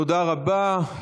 תודה רבה.